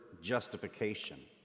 justification